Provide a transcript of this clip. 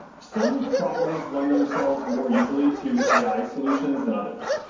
some problems lend themselves more easily to ai solutions than others.